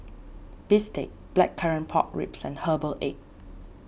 Bistake Blackcurrant Pork Ribs and Herbal Egg